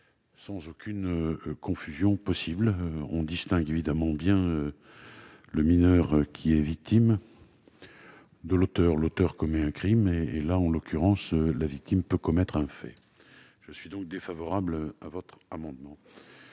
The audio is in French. sans aucune confusion possible. On distingue bien le mineur, qui est la victime, de l'auteur. L'auteur commet un crime et, en l'occurrence, la victime peut commettre un fait. Je suis donc défavorable à votre amendement.